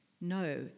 No